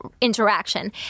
interaction